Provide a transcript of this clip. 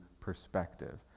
perspective